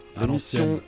L'émission